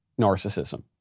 narcissism